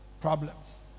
problems